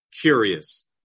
curious